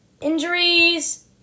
Injuries